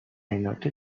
اینا، که